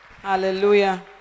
Hallelujah